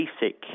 basic